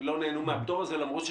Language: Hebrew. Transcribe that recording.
הם לא נהנו מהפטור מארנונה עסקית.